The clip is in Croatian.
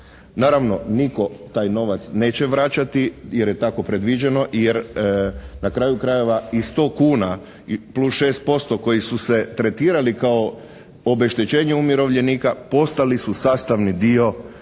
Naravno nitko taj novac neće vraćati, jer je tako predviđeno, jer na kraju krajeva i 100 kuna plus 6% koji su se tretirali kao obeštećenje umirovljenika postali su sastavni dio mirovinske